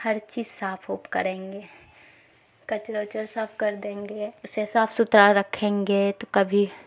ہر چیز صاف ووف کریں گے کچرا وچرا صاف کر دیں گے اسے صاف ستھرا رکھیں گے تو کبھی